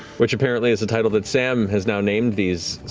which, apparently, is the title that sam has now named these